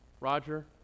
Roger